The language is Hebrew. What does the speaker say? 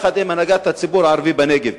יחד עם הנהגת הציבור הערבי בנגב,